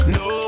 no